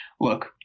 Look